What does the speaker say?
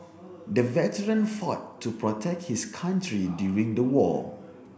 the veteran fought to protect his country during the war